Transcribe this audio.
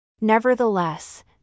Nevertheless